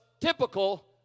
typical